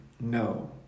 No